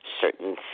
certain